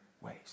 ways